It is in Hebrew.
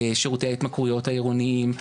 שירותי ההתמכרויות העירוניים,